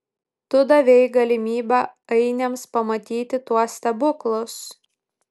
tu davei galimybę ainiams pamatyti tuos stebuklus